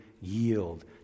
yield